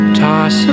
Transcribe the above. toss